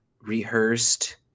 rehearsed